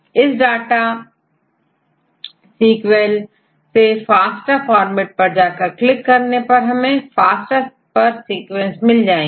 इस डाटा स्पीकवेल सेFASTA फॉर्मेट पर जाकर क्लिक करने पर हमें FASTA पर सीक्वेंस मिल जाएंगे